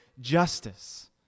justice